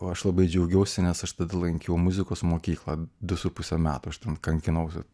o aš labai džiaugiausi nes aš tada lankiau muzikos mokyklą du su puse metų aš ten kankinausi